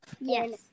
Yes